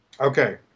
okay